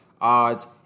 odds